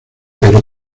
pero